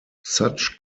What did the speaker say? such